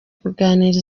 kuganira